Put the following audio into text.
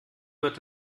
wird